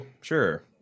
Sure